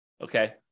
okay